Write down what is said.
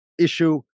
issue